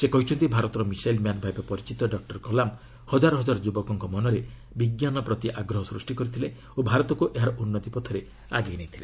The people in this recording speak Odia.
ସେ କହିଛନ୍ତି ଭାରତର ମିଶାଇଲ୍ ମ୍ୟାନ୍ ଭାବେ ପରିଚିତ ଡକ୍କର କଲାମ୍ ହଜାର ହଜାର ଯ୍ରବକଙ୍କ ମନରେ ବିଜ୍ଞାନ ପ୍ରତି ଆଗ୍ରହ ସୃଷ୍ଟି କରିଥିଲେ ଓ ଭାରତକୁ ଏହାର ଉନ୍ତି ପଥରେ ଆଗେଇ ନେଇଥିଲେ